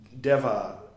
Deva